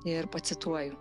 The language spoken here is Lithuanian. ir pacituoju